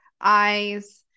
eyes